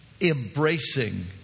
embracing